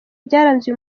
byaranze